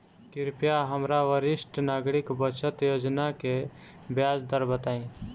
कृपया हमरा वरिष्ठ नागरिक बचत योजना के ब्याज दर बताइं